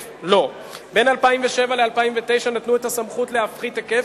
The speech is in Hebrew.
בין 2007 ל-2009 נתנו את הסמכות להפחית היקף,